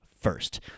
first